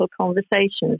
conversations